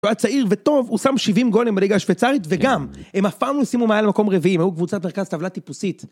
הוא היה צעיר וטוב, הוא שם 70 גולים בליגה השוויצרית וגם, הם אף פעם לא סיימו מעל המקום הרביעי, הם היו קבוצת מרכז טבלה טיפוסית.